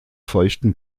feuchten